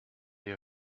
you